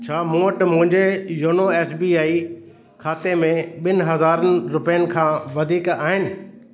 छा मूं वटि मुंहिंजे योनो एस बी आई खाते में ॿिनि हज़ारनि रुपयनि खां वधीक आहिनि